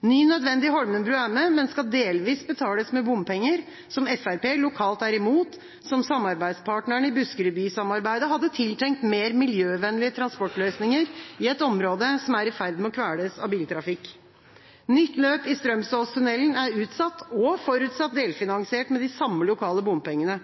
Ny nødvendig Holmenbru er med, men skal delvis betales med bompenger – som Fremskrittspartiet lokalt er imot – og samarbeidspartene i Buskerudbysamarbeidet hadde tenkt seg mer miljøvennlige transportløsninger i et område som er i ferd med å kveles av biltrafikk. Nytt løp i Strømsåstunnelen er utsatt og forutsatt delfinansiert med de samme lokale bompengene.